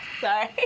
Sorry